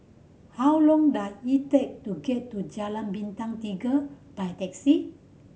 how long does it take to get to Jalan Bintang Tiga by taxi